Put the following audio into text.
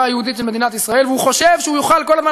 היהודית של מדינת ישראל והוא חושב שהוא יוכל כל הזמן